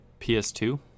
PS2